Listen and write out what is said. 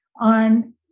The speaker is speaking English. on